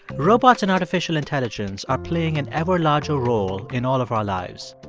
robots and artificial intelligence are playing an ever larger role in all of our lives.